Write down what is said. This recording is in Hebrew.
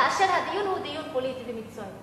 כאשר הדיון הוא דיון פוליטי ומקצועי.